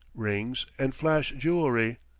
rings, and flash jewellery,